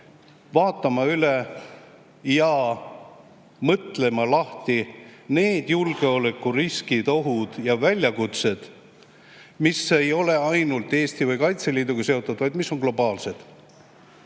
vaatama üle ja mõtestama lahti need julgeolekuriskid, -ohud ja väljakutsed, mis ei ole ainult Eesti või Kaitseliiduga seotud, vaid mis on globaalsed.